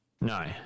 No